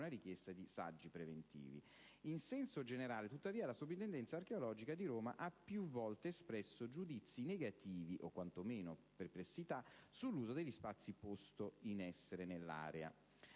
una richiesta di saggi preventivi. In senso generale, tuttavia, la Soprintendenza archeologica di Roma ha più volte espresso giudizi negativi o quantomeno perplessità sull'uso degli spazi posto in essere nell'area.